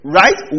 right